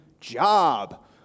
job